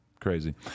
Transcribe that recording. Crazy